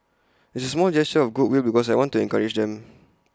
it's A small gesture of goodwill because I want to encourage them